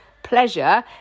pleasure